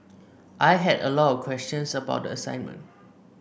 I had a lot of questions about the assignment